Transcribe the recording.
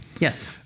Yes